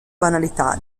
banalità